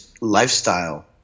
lifestyle